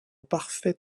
parfait